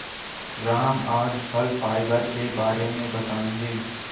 राम आज फल फाइबर के बारे में बताएँगे